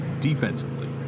defensively